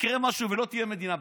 יקרה משהו ולא תהיה מדינה,